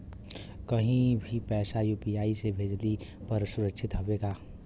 कहि भी पैसा यू.पी.आई से भेजली पर ए सुरक्षित हवे का?